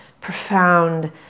profound